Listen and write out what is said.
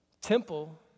temple